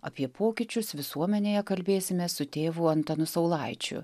apie pokyčius visuomenėje kalbėsimės su tėvu antanu saulaičiu